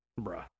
Bruh